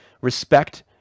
respect